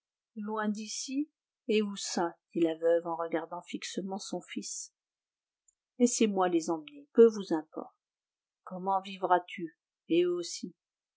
loin d'ici et où ça dit la veuve en regardant fixement son fils laissez-moi les emmener peu vous importe comment vivras-tu et eux aussi